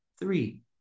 Three